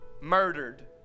murdered